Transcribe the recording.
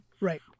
Right